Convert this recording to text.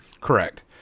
Correct